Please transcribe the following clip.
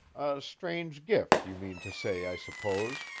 strange gift, you mean to say, i suppose,